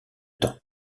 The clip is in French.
temps